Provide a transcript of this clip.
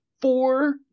four